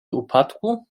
upadku